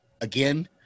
again